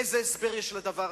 איזה הסבר יש לזה?